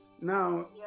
now